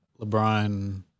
LeBron